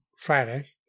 Friday